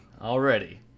Already